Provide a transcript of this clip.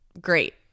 great